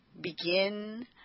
begin